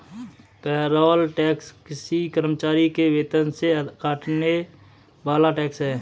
payroll tax किसी कर्मचारी के वेतन से कटने वाला टैक्स है